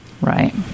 Right